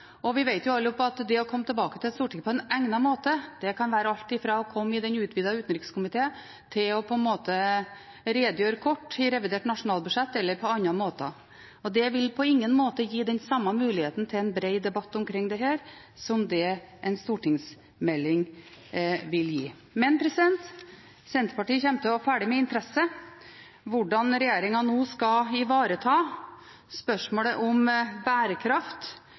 bærekraftsmål. Vi vet jo alle at det å komme tilbake til Stortinget på egnet måte kan være alt fra å komme i den utvidede utenrikskomiteen til å redegjøre kort i revidert nasjonalbudsjett, eller på andre måter, og det vil på ingen måte gi den samme muligheten til en bred debatt omkring dette som det en stortingsmelding vil gi. Men Senterpartiet kommer til å følge med interesse hvordan regjeringen nå skal ivareta spørsmålet om bærekraft